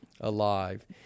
alive